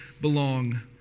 belong